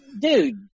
dude